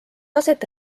aset